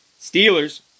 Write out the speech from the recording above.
Steelers